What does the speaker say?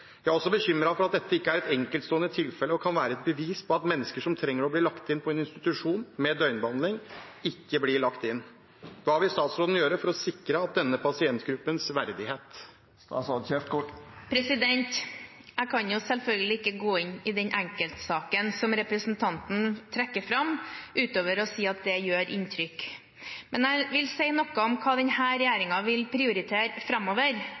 Jeg er også bekymret for at dette ikke er et enkeltstående tilfelle og kan være et bevis på at mennesker som trenger å bli lagt inn på en institusjon med døgnbehandling, ikke blir lagt inn. Hva vil statsråden gjøre for å sikre denne pasientgruppens verdighet?» Jeg kan selvfølgelig ikke gå inn i den enkeltsaken som representanten trekker fram, utover å si at det gjør inntrykk, men jeg vil si noe om hva denne regjeringen vil prioritere framover.